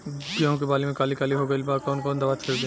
गेहूं के बाली में काली काली हो गइल बा कवन दावा छिड़कि?